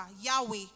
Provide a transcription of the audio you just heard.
Yahweh